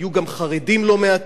היו גם חרדים לא מעטים,